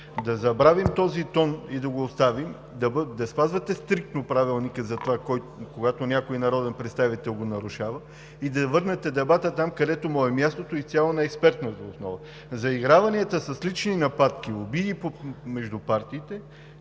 да забравим този тон и да го оставим, да спазвате стриктно Правилника, когато някой народен представител го нарушава и да върнете дебата там, където му е мястото – изцяло на експертната основа. Заиграванията с лични нападки, обиди между партиите,